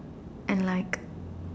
and like